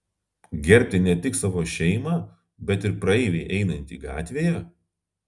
gerbti ne tik savo šeimą bet ir praeivį einantį gatvėje